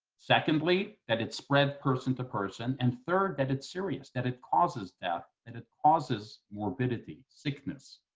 secondly, that it's spread person to person, and third, that it's serious, that it causes death and it causes morbidity, sickness.